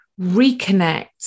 reconnect